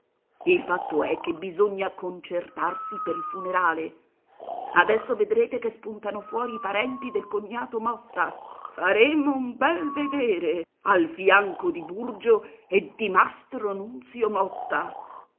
il fatto è che bisogna concertarsi pel funerale adesso vedrete che spuntano fuori i parenti del cognato motta faremo un bel vedere al fianco di burgio e di mastro nunzio motta